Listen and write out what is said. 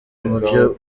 muvyo